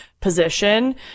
position